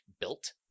built